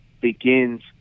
begins